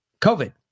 COVID